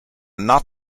not